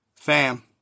Fam